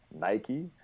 nike